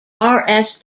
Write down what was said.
joins